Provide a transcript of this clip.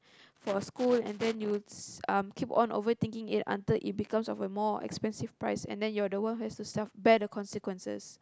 for school and then you um keep on overthinking it until it becomes of a more expensive price and then you're the one has to self bear the consequences